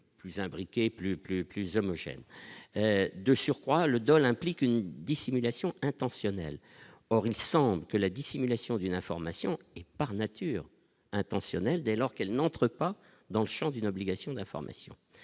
plus plus plus homogène. De surcroît, le Dol implique une dissimulation intentionnelle, or il semble que la dissimulation d'une information est par nature intentionnel, dès lors qu'elles n'entrent pas dans le Champ d'une obligation d'information,